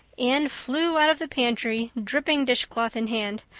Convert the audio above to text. anne flew out of the pantry, dripping dishcloth in hand.